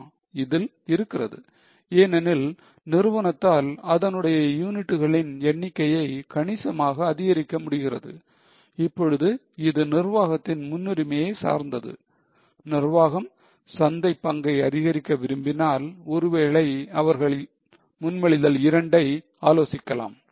ஆமா இதில் இருக்கிறது ஏனெனில் நிறுவனத்தால் அதனுடைய யூனிட்டுகளின் எண்ணிக்கையை கணிசமாக அதிகரிக்க முடிகிறது இப்பொழுது இது நிர்வாகத்தின் முன்னுரிமையை சார்ந்தது நிர்வாகம் சந்தைப் பங்கை அதிகரிக்க விரும்பினால் ஒருவேளை அவர்கள் முன்மொழிதல் 2 ஐ ஆலோசிக்கலாம்